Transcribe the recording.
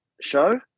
show